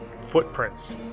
footprints